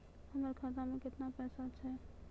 हमर खाता मैं केतना पैसा छह?